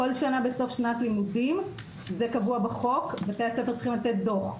זה קבוע בחוק שבכל שנה בסוף שנת לימודים בתי הספר צריכים לתת דוח.